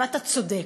ואתה צודק.